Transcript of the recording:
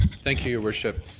thank you, your worship.